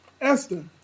Esther